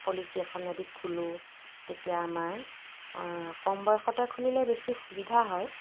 policy এখন যদি খোলোঁ তেতিয়া আমাৰ কম বয়সতে খুলিলে বেছি সুবিধা হয়